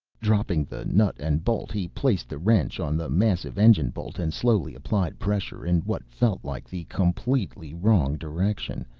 dropping the nut and bolt he placed the wrench on the massive engine bolt and slowly applied pressure in what felt like the completely wrong direction,